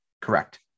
Correct